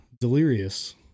delirious